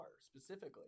specifically